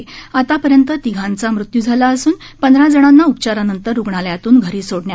यापैकी आतापर्यंत तिघांचा मृत्यू झाला असून पंधरा जणांना उपचारांनंतर रुग्णालयातून घरी सोडलं आहे